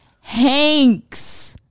Hanks